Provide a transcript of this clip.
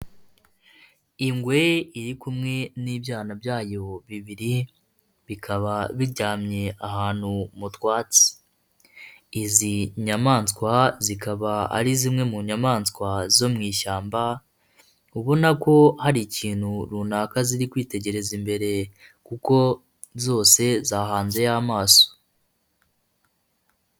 Ingwe iri kumwe n'ibyana byayo bibiri, bikaba biryamye ahantu mu twatsi, izi nyamaswa zikaba ari zimwe mu nyamaswa zo mu ishyamba, ubona ko hari ikintu runaka ziri kwitegereza imbere kuko zose zahanzeyo amaso.